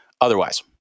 otherwise